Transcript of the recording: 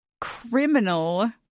criminal